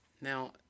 Now